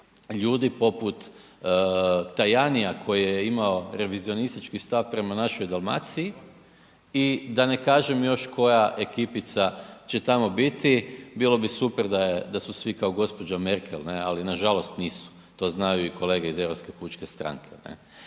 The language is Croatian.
ljudi poput Tajanija koji je imao revizionistički stav prema našoj Dalmaciji i da ne kažem još koja ekipica će tamo biti, bilo bi super da je, da su svi kao gđa. Merkel ne, ali nažalost nisu, to znaju i kolege iz Europske pučke stranke